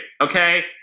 Okay